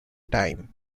time